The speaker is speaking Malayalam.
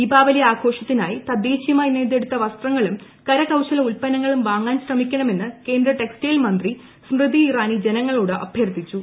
ദീപാവലി ആഘോഷത്തിനായി തദ്ദേശീയമായി നെയ്തെടുത്ത വസ്ത്രങ്ങളും കരകൌശല ഉത്പന്നങ്ങളും വാങ്ങാൻ ശ്രമിക്കണമെന്ന് കേന്ദ്ര ടെക്സ്റ്റൈൽ മന്ത്രി സ്മൃതി ഇറാനി ജനങ്ങളോട് അഭ്യർത്ഥിച്ചു